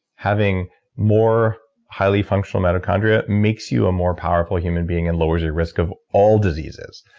having more highly functional mitochondria, makes you a more powerful human being and lowers your risk of all diseases.